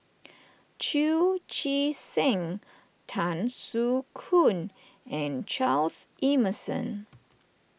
Chu Chee Seng Tan Soo Khoon and Charles Emmerson